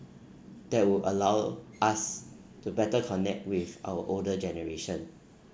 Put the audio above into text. that will allow us to better connect with our older generation